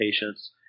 patients